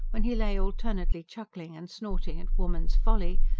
when he lay alternately chuckling and snorting at woman's folly,